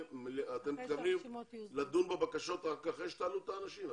אתם מתכוונים לדון בבקשות רק אחרי שתעלו את האנשים?